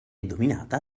dominata